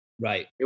right